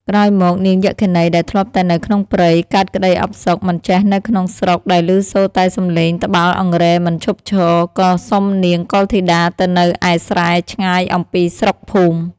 ក្រោយមក នាងយក្ខិនីដែលធ្លាប់តែនៅក្នុងព្រៃ កើតក្តីអផ្សុក មិនចេះនៅក្នុងស្រុកដែលឮសូរតែសំឡេងត្បាល់អង្រែមិនឈប់ឈរ ក៏សុំនាងកុលធីតាទៅនៅឯស្រែឆ្ងាយអំពីស្រុក ភូមិ។